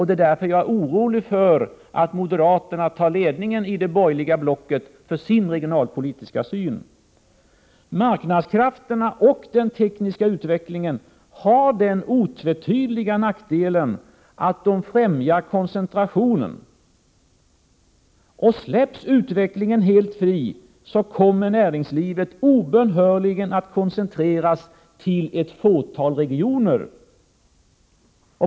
Det är därför jag är orolig för att moderaterna tar ledningen i det borgerliga blocket för sin regionalpolitiska syn. Marknadskrafterna och den tekniska utvecklingen har den otvetydiga nackdelen att de främjar koncentrationen. Släpps utvecklingen helt fri kommer näringslivet obönhörligen att koncentreras till ett fåtal regioner.